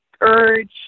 urge